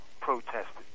protested